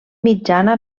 mitjana